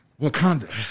Wakanda